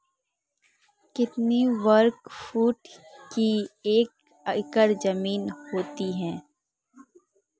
कितने वर्ग फुट की एक एकड़ ज़मीन होती है?